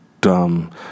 dumb